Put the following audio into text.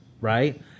right